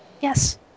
Yes